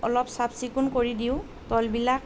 অলপ চাফ চিকুণ কৰি দিওঁ তলবিলাক